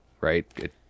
right